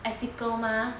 ethical mah